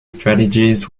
strategies